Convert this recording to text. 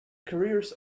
careers